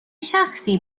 شخصی